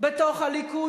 בתוך הליכוד,